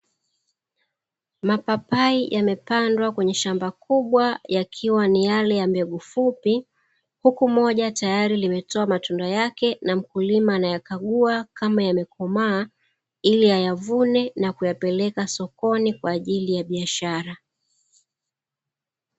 Mapapai yamepandwa kwenye shamba kubwa yakiwa ni yale ya mbegu fupi, huku moja tayari limetoa matunda yake na mkulima anayakagua kama yamekomaa ili ayavune na kuyapeleka sokoni kwa ajli ya biashara.